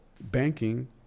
banking